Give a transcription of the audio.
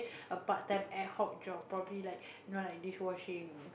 a part time ad hoc job probably like you know like dishwashing